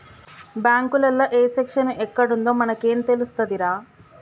బాంకులల్ల ఏ సెక్షను ఎక్కడుందో మనకేం తెలుస్తదిరా